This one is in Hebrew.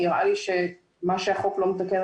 נראה לי שמה שהחוק לא מתקן,